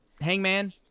Hangman